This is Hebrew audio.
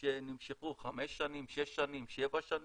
שנמשכו חמש שנים, שש שנים, שבע שנים?